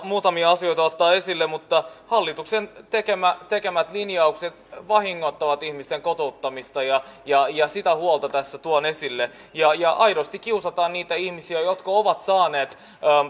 muutamia asioita ottamaan esille hallituksen tekemät tekemät linjaukset vahingoittavat ihmisten kotouttamista ja sitä huolta tässä tuon esille aidosti kiusataan niitä ihmisiä jotka ovat saaneet